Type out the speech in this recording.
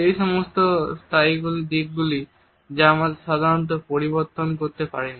সেই সমস্ত স্থায়ী দিকগুলি যা আমরা সাধারণত পরিবর্তন করতে পারি না